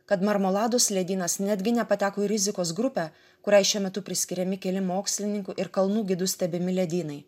kad marmaladus ledynas netgi nepateko į rizikos grupę kuriai šiuo metu priskiriami keli mokslininkų ir kalnų gidų stebimi ledynai